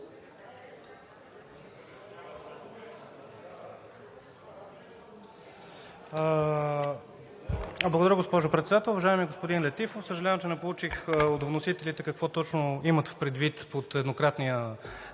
Благодаря, госпожо Председател. Уважаеми господин Летифов, съжалявам, че не получих от вносителите какво точно имат предвид под еднократно